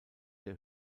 der